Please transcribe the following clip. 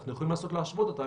אנחנו יכולים לנסות להשוות אותה,